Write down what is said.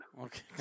Okay